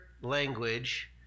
language